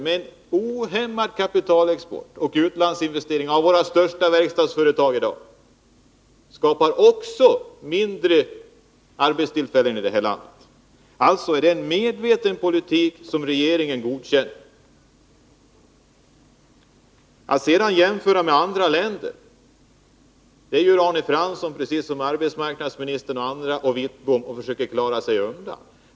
En ohämmad kapitalexport och utlandsinvesteringar av våra största verkstadsföretag skapar också färre arbetstillfällen i det här landet. Det är alltså en medveten politik som regeringen godkänner. Arne Fransson liksom arbetsmarknadsministern gör jämförelser med andra länder och försöker därmed klara sig undan.